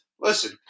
Listen